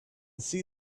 see